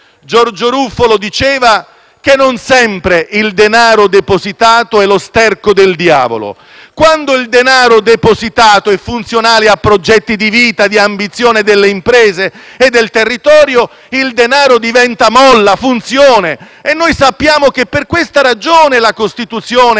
Giorgio Ruffolo diceva che non sempre il denaro depositato è lo sterco del diavolo: quando il denaro depositato è funzionale a progetti di vita, di ambizione delle imprese e del territorio, esso diventa molla, funzione. Sappiamo che è per questa ragione che la Costituzione